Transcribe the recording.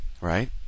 right